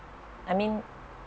I mean